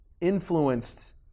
influenced